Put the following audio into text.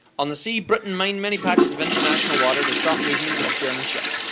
on the sea britain mined many patches of international water to stop movement of german ships.